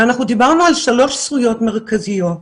דיברנו על שלוש זכויות מרכזיות,